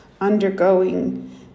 undergoing